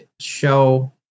show